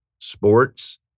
sports